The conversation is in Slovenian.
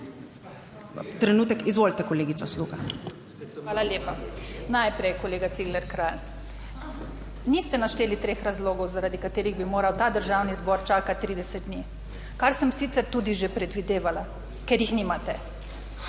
(PS Svoboda):** Hvala lepa. Najprej, kolega Cigler Kralj. Niste našteli treh razlogov, zaradi katerih bi moral ta Državni zbor čakati 30 dni, kar sem sicer tudi že predvidevala, ker jih nimate.